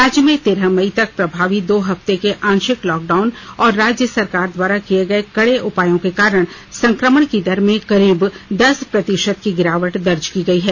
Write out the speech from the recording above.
राज्य में तेरह मई तक प्रभावी दो हफ्ते के आंशिक लॉकडाउन और राज्य सरकार द्वारा किये गये कड़े उपायों के कारण संक्रमण की दर में करीब दस प्रतिशत की गिरावट दर्ज की गई है